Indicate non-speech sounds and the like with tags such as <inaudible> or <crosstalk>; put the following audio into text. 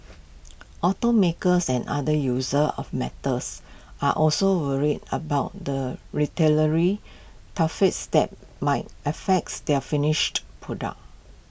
automakers and other users of metals are also worried about the <unintelligible> tariffs that might affects their finished products